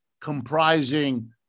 comprising